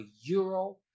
euro